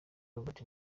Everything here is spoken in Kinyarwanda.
robert